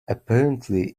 apparently